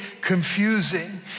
confusing